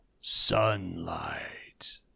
sunlight